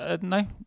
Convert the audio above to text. No